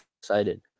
Excited